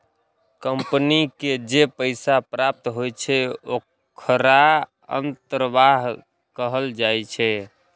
company के जे पैसा प्राप्त होइ छै, ओखरा अंतर्वाह कहल जाइ छै